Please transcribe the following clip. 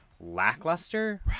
lackluster